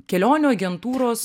kelionių agentūros